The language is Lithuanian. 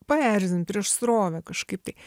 paerzint prieš srovę kažkaip tai